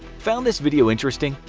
found this video interesting,